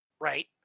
right